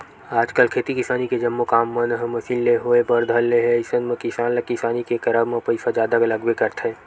आजकल खेती किसानी के जम्मो काम मन ह मसीन ले होय बर धर ले हे अइसन म किसान ल किसानी के करब म पइसा जादा लगबे करथे